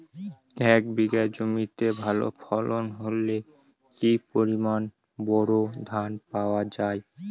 এক বিঘা জমিতে ভালো ফলন হলে কি পরিমাণ বোরো ধান পাওয়া যায়?